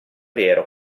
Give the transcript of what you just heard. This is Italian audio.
vero